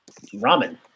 Ramen